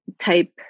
type